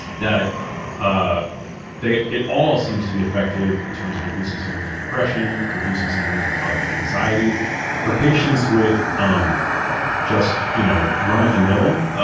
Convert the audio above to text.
that ah it all seems to be effective in terms of reducing symptoms of depression, reducing symptoms of of anxiety for patients with um just you know run-of-themill,